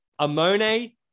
Amone